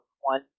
one